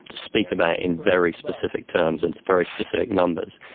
speak about in very specific terms and it's very specific numbers,